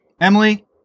Emily